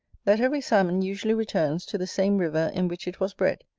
that every salmon usually returns to the same river in which it was bred,